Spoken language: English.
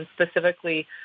specifically